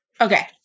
Okay